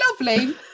lovely